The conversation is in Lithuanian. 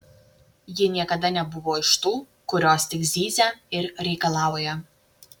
ji niekada nebuvo iš tų kurios tik zyzia ir reikalauja